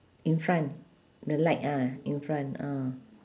in front the light ah in front ah